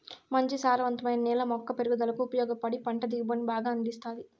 మంచి సారవంతమైన నేల మొక్క పెరుగుదలకు ఉపయోగపడి పంట దిగుబడిని బాగా అందిస్తాది